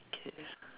okay